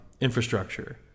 infrastructure